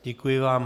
Děkuji vám.